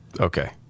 Okay